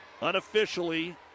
Unofficially